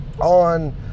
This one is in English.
On